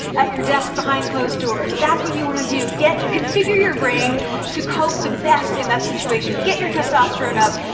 at your desk behind closed doors. that's what you want to do. configure your brain to cope the best in that situation. get your testosterone up.